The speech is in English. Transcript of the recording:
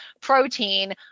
protein